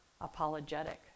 apologetic